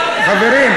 על זה נבחרתם.